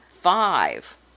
five